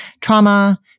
Trauma